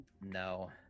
No